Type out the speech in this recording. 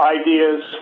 ideas